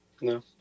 No